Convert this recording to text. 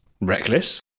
reckless